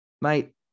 Mate